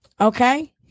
Okay